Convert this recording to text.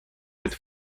with